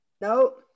Nope